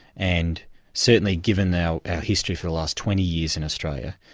and certainly, given our history for the last twenty years in australia,